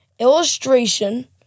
Illustration